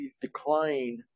decline